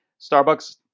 Starbucks